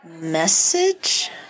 Message